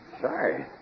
Sorry